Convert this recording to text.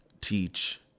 teach